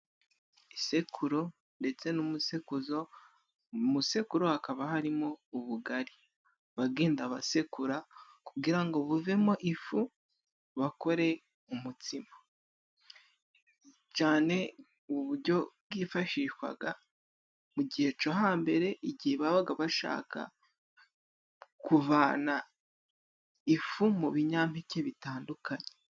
Isekuru ndetse n'umusekuzo, mu sekuru hakaba harimo ubugari bagenda basekura kugira ngo buvemo ifu, bakore umutsima. Cyane uburyo bwifashishwaga mu gihe cyo hambere igihe babaga bashaka kuvana ifu mu binyampeke bitandukanye.